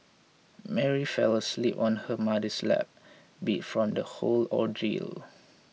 Mary fell asleep on her mother's lap beat from the whole ordeal